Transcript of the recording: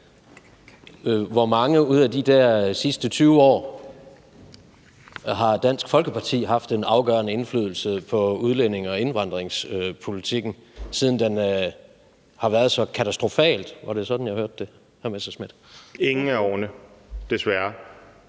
hvor mange ud af de der sidste 20 år, Dansk Folkeparti har haft en afgørende indflydelse på udlændinge- og indvandringspolitikken, som har været så katastrofal – var det